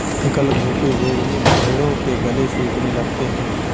गलघोंटू रोग में भेंड़ों के गले सूखने लगते हैं